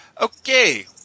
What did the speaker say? Okay